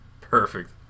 Perfect